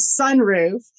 sunroof